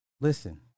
Listen